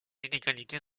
inégalités